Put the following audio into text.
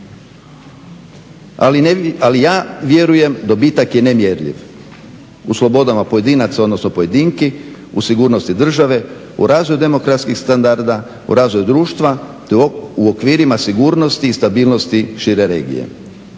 Ali ja vjerujem, dobitak je nemjerljiv, u slobodama pojedinaca odnosno pojedinki, u sigurnosti države, u razvoju demokratskih standarda, u razvoju društva te u okvirima sigurnosti i stabilnosti šire regije.